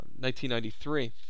1993